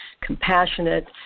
compassionate